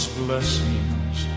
blessings